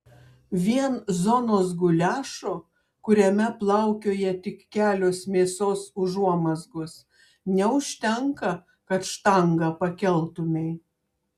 vien zonos guliašo kuriame plaukioja tik kelios mėsos užuomazgos neužtenka kad štangą pakeltumei